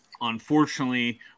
Unfortunately